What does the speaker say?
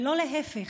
ולא להפך,